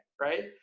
right